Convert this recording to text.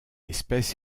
espèce